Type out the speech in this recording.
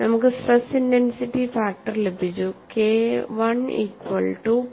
നമുക്ക് stress intensity factor ലഭിച്ചുK I equal to P by root of pi a